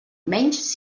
menys